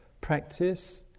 practice